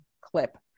clip